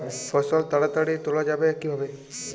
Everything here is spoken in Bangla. ফসল তাড়াতাড়ি তোলা যাবে কিভাবে?